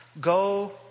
Go